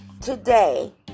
today